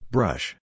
Brush